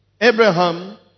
Abraham